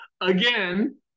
again